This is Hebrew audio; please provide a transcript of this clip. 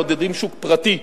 מעודדים שוק פרטי,